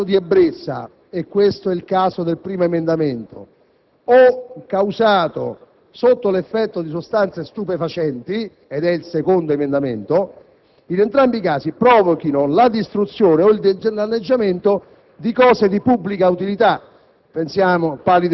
causato in stato di ebbrezza - e questo è il caso del primo subemendamento - o causato sotto l'effetto di sostanze stupefacenti - è il caso del secondo subemendamento - provochi la distruzione o il danneggiamento di cose di pubblica utilità: